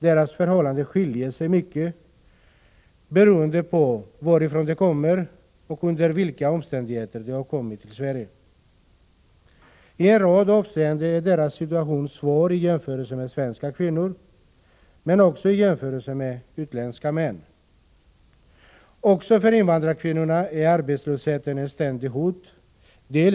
Deras förhållanden skiljer sig mycket beroende på varifrån de kommer och under vilka omständigheter de kommit till Sverige. I en rad avseenden har de en svår situation i jämförelse med svenska kvinnor men också i jämförelse med utländska män. Även för invandrarkvinnorna är arbetslösheten ett ständigt hot.